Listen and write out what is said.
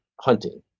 hunting